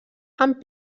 amb